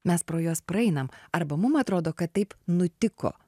mes pro juos praeinam arba mum atrodo kad taip nutiko